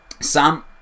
Sam